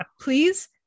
please